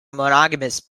monogamous